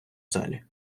залі